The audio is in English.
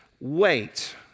wait